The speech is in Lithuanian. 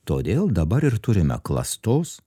todėl dabar ir turime klastos